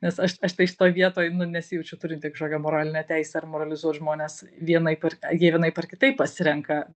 nes aš aš tai šitoj vietoj nu nesijaučiu turinti kažkokią moralinę teisę ar moralizuot žmones vienaip ar jie vienaip ar kitaip pasirenka